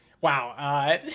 Wow